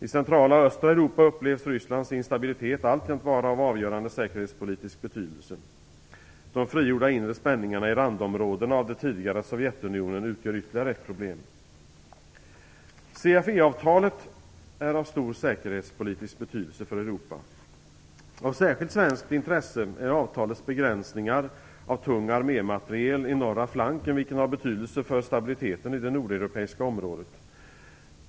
I centrala och östra Europa upplevs Rysslands instabilitet alltjämt vara av avgörande säkerhetspolitisk betydelse. De frigjorda inre spänningarna i randområdena av det tidigare Sovjetunionen utgör ytterligare ett problem. CFE-avtalet är av stor säkerhetspolitisk betydelse för Europa. Av särskilt svenskt intresse är avtalets begränsningar av tung armémateriel i norra flanken, vilket har betydelse för stabiliteten i det nordeuropeiska området.